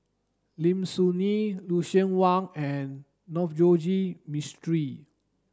Lim Soo Ngee Lucien Wang and Navroji Mistri